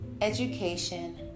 education